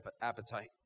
appetite